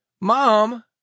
mom